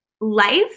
life